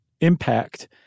impact